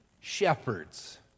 shepherds